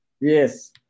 Yes